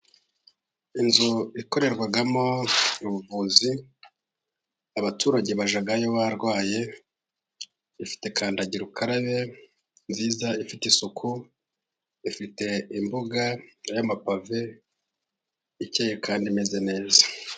Inzu ikorerwamo ubuvuzi, abaturage bajyayo barwaye, ifite kandagira ukarabe nziza, ifite isuku ifite imbuga y'amapave icyeye kandi imeze neza.